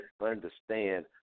understand